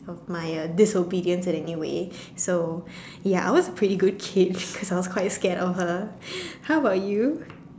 of my disobedience in any way so er ya I was a pretty good kid was quite scared of her how about you